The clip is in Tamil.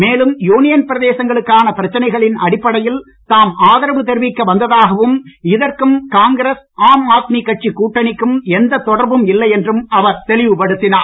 மேலும் யூனியன் பிரதேசங்களுக்கான பிரச்சனைகளின் அடிப்படையில் தாம் ஆதரவு தெரிவிக்க வந்ததாகவும் இதற்கும் காங்கிரஸ் ஆம் ஆத்மி கட்சி கூட்டணிக்கும் எந்த தொடர்பும் இல்லை என்றும் அவர் தெளிவுபடுத்தினார்